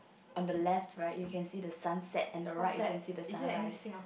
on the left right you can see the sun set and the right you can see the sunrise